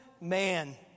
man